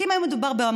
כי אם היה מדובר בעמונה,